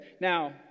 Now